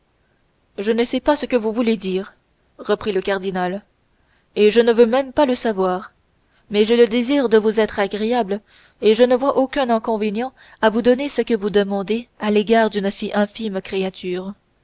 je ne sais pas ce que vous voulez dire reprit le cardinal et ne veux même pas le savoir mais j'ai le désir de vous être agréable et ne vois aucun inconvénient à vous donner ce que vous demandez à l'égard d'une si infime créature